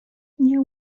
nie